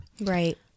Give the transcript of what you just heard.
right